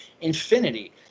infinity